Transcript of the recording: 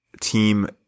team